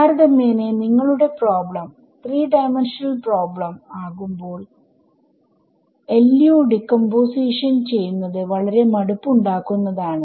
താരതമ്യേനെ നിങ്ങളുടെ problem 3 dimensional problem ആകുമ്പോൾ LU decomposition ചെയ്യുന്നത് വളരെ മടുപ്പ് ഉണ്ടാക്കുന്നതാണ്